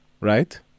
right